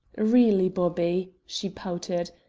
really, bobby, she pouted,